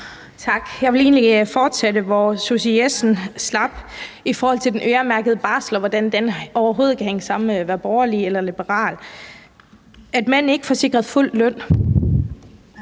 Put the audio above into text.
egentlig fortsætte, hvor Susie Jessen slap, nemlig i forhold til den øremærkede barsel, og hvordan den overhovedet kan hænge sammen med at være borgerlig eller liberal. At mænd ikke får sikret fuld løn,